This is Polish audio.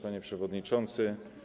Panie Przewodniczący!